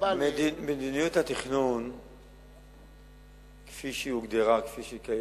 מדיניות התכנון כפי שהיא הוגדרה, כפי שהיא קיימת,